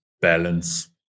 balance